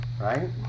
right